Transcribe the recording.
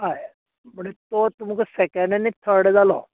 हय म्हणजे तो तुमका सेकेंड आनी थड जालो